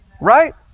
right